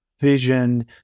vision